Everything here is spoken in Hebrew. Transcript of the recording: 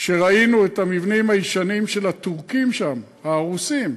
כשראינו את המבנים הישנים של הטורקים שם, ההרוסים,